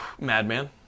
Madman